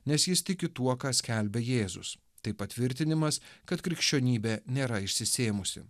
nes jis tiki tuo ką skelbia jėzus tai patvirtinimas kad krikščionybė nėra išsisėmusi